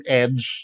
edge